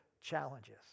challenges